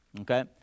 Okay